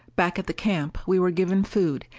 back at the camp we were given food,